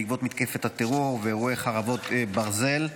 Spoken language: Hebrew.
בעקבות מתקפת הטרור ואירועי חרבות ברזל,